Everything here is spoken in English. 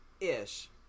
ish